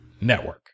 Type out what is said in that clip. network